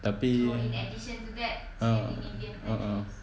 tapi ah a'ah a